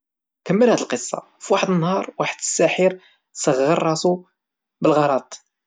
كمل هاد القصة، فواحد النهار واحد الساحر صغر راسو بالغلط.